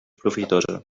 profitosa